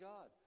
God